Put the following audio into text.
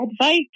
advice